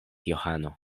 johano